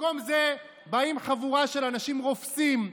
במקום זה, באה חבורה של אנשים רופסים,